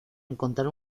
encontrar